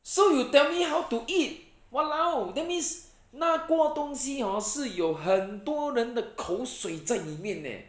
so you tell me how to eat !walao! then means 那锅东西 hor 是有很多人的口水在里面 leh